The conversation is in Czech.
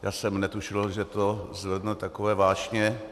Já jsem netušil, že to zvedne takové vášně.